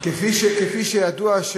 כפי שידוע,